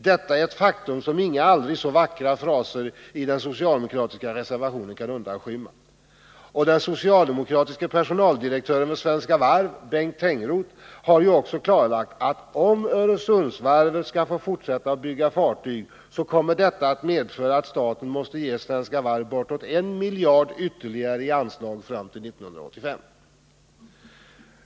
Detta är ett faktum som inga aldrig så vackra fraser i den socialdemokratiska reservationen kan undanskymma. Och den socialdemokratiske personaldirektören vid Svenska Varv, Bengt Tengroth, har också klarlagt att om Öresundsvarvet skall få fortsätta att bygga fartyg, kommer detta att medföra att staten måste ge Svenska Varv bortåt en miljard ytterligare i anslag fram till 1985.